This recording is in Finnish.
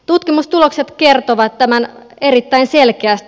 tutkimustulokset kertovat tämän erittäin selkeästi